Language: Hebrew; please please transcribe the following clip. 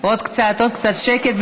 עוד קצת, שקט,